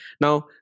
Now